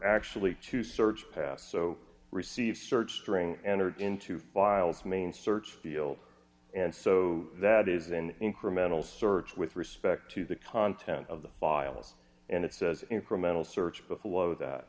actually two search path so receive search string entered into while its main search field and so that is an incremental search with respect to the content of the files and it says incremental search buffalo that